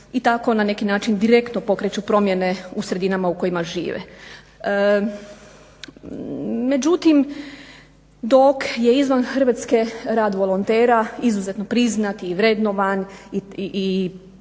i tako na neki način direktno pokreću promjene u sredinama u kojima žive. Međutim dok je izvan Hrvatske rad volontera izuzetno priznat i vrednovan i tražen